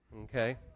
Okay